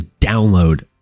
download